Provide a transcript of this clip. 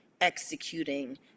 executing